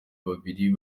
babiri